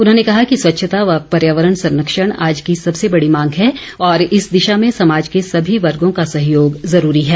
उन्होंने कहा कि स्वच्छता व पर्यावरण संरक्षण आज की सबसे बड़ी मांग है और इस दिशा में समाज के सभी वर्गों का सहयोग जरूरी है